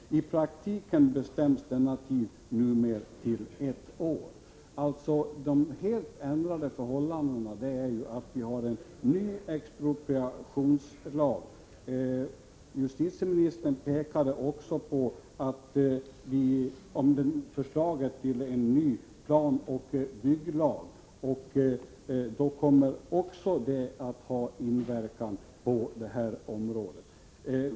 I praktiken bestäms denna tid numera till ett år.” Det är ett helt ändrat förhållande genom att vi nu har en ny expropriationslag. Justitieministern pekade också på förslaget till den nya planoch bygglagen, som också kommer att ha inverkan på detta område.